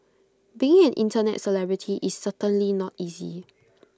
being an Internet celebrity is certainly not easy